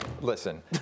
Listen